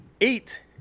eight